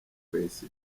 kwesa